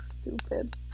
Stupid